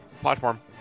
platform